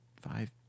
five